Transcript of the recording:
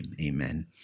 amen